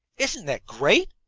isn't that great?